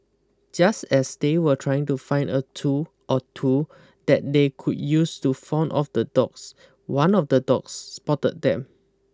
just as they were trying to find a tool or two that they could use to fend off the dogs one of the dogs spotted them